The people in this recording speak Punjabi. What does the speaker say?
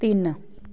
ਤਿੰਨ